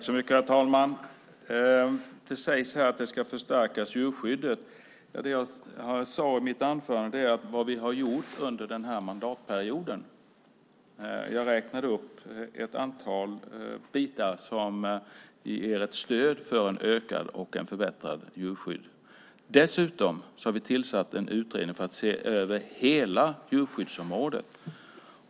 Herr talman! Det sägs här att djurskyddet ska förstärkas. När jag i mitt anförande sade vad vi har gjort under den här mandatperioden räknade jag upp ett antal saker som ger stöd för ett ökat och ett förbättrat djurskydd. Dessutom har vi tillsatt en utredning för att se över hela djurskyddsområdet.